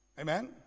Amen